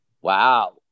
Wow